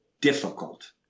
difficult